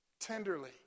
tenderly